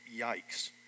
yikes